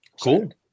Cool